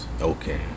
Okay